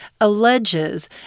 alleges